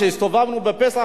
כשהסתובבנו בפסח,